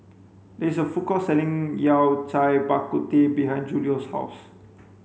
there is a food court selling Yao Cai Bak Kut Teh behind Julio's house